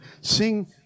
Sing